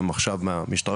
גם מהמשטרה,